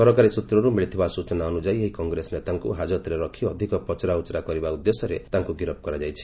ସରକାରୀ ସୂତ୍ରରୁ ମିଳିଥିବା ସୂଚନା ଅନୁଯାୟୀ ଏହି କଂଗ୍ରେସ ନେତାଙ୍କୁ ହାଜତରେ ରଖି ଅଧିକ ପଚରାଉଚରା କରିବା ଉଦ୍ଦେଶ୍ୟରେ ତାଙ୍କୁ ଗିରଫ କରାଯାଇଛି